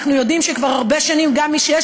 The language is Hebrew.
ואנחנו יודעים שכבר הרבה שנים גם מי שיש